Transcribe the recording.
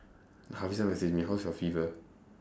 hafeezah message me how's your fever